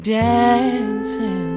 dancing